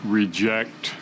reject